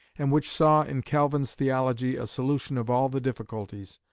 and which saw in calvin's theology a solution of all the difficulties,